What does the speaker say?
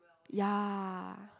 ya